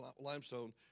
limestone